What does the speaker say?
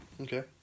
Okay